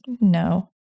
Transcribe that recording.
No